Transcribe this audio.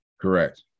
Correct